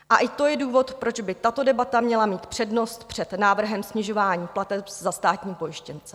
A i to je důvod, proč by tato debata měla mít přednost před návrhem na snižování plateb za státní pojištěnce.